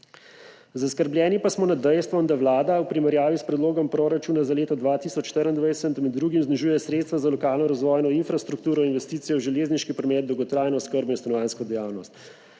Zaskrbljeni pa smo nad dejstvom, da vlada v primerjavi s Predlogom proračuna za leto 2024 med drugim znižuje sredstva za lokalno razvojno infrastrukturo, investicije v železniški promet, dolgotrajno oskrbo in stanovanjsko dejavnost,